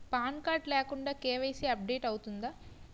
Pan card లేకుండా KYC update అవుతుందా?